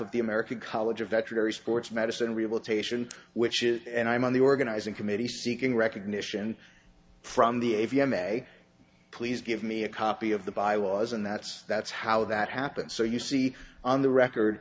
of the american college of veterinary sports medicine rehabilitation which is and i on the organizing committee seeking recognition from the a v m a please give me a copy of the bylaws and that's that's how that happened so you see on the record